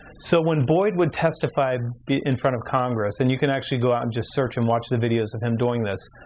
so when boyd would testify in front of congress, and you can actually go out and just search and watch the videos of him doing this,